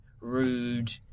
rude